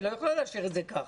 היא לא יכולה להשאיר את זה ככה.